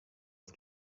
auf